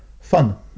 fun